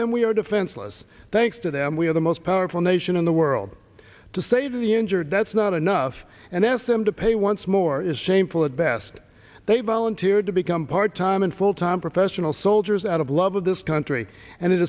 them we are defenseless thanks to them we are the most powerful nation in the world to save the injured that's not enough and asked them to pay once more is shameful at best they volunteered to become part time and full time professional soldiers out of love of this country and it